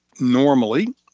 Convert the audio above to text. normally